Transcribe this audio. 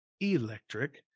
electric